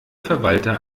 verwalter